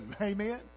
Amen